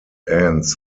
ends